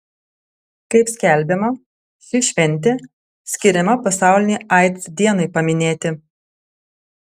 kaip skelbiama ši šventė skiriama pasaulinei aids dienai paminėti